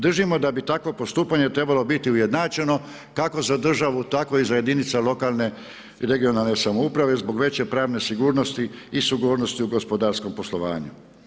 Držimo da bi takvo postupanje trebalo biti ujednačeno kako za državu tako i za jedinice lokalne i regionalne samouprave zbog veće pravne sigurnosti i sigurnosti u gospodarskom poslovanju.